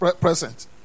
present